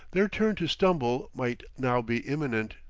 their turn to stumble might now be imminent.